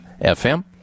FM